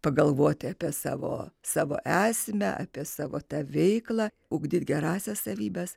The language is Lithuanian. pagalvoti apie savo savo esmę apie savo tą veiklą ugdyt gerąsias savybes